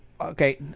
okay